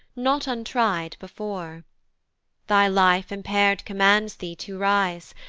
not untry'd before thy life impair'd commands thee to arise,